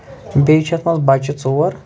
بیٚیہِ چھِ اَتھ منٛز بَچہٕ ژور